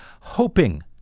hoping